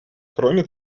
кроме